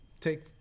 take